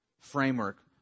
framework